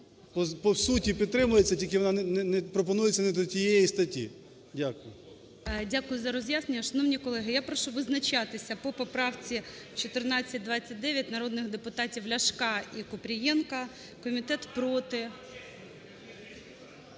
по суті, підтримується, тільки вона пропонується не до тієї статті. Дякую. ГОЛОВУЮЧИЙ. Дякую за роз'яснення. Шановні колеги, я прошу визначатися по поправці 1429 народних депутатів Ляшка і Купрієнка. Комітет проти.